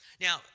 Now